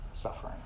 suffering